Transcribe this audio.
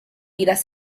vidas